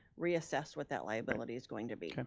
reassess what that liability is going to be?